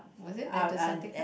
was it there the satay club